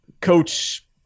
coach